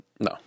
No